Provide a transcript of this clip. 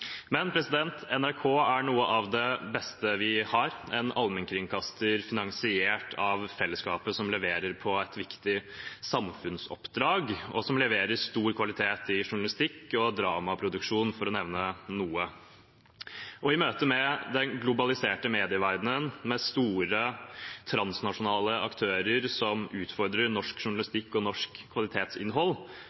NRK er noe av det beste vi har – en allmennkringkaster finansiert av fellesskapet som leverer på et viktig samfunnsoppdrag, og som leverer god kvalitet i journalistikk og dramaproduksjon, for å nevne noe. I møte med den globaliserte medieverdenen, med store transnasjonale aktører som utfordrer norsk journalistikk og norsk kvalitetsinnhold,